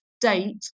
date